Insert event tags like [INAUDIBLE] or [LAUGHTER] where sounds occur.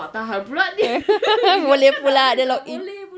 [LAUGHS] boleh pula dia log in